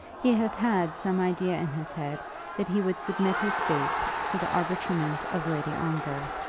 he had had some idea in his head that he would submit his fate to the arbitrament of lady ongar.